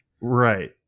Right